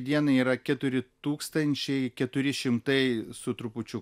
dienai yra keturi tūkstančiai keturi šimtai su trupučiu